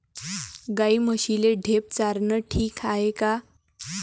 गाई म्हशीले ढेप चारनं ठीक हाये का?